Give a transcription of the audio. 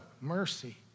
Mercy